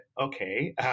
okay